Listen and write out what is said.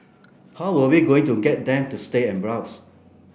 how were we going to get them to stay and browse